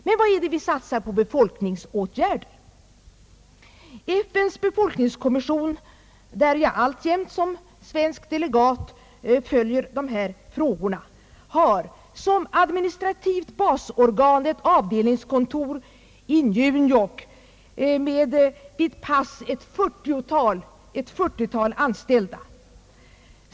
Men vad är det vi satsar på befolkningsåtgärder? FN:s befolkningskommission, där jag alltjämt som svensk delegat följer dessa frågor, har som administrativt basorgan ett avdelningskontor i New York med vid pass ett 40-tal anställda.